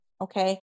Okay